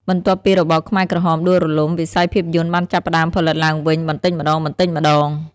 បន្ទាប់ពីរបបខ្មែរក្រហមដួលរលំ វិស័យភាពយន្តបានចាប់ផ្តើមផលិតឡើងវិញបន្តិចម្តងៗ។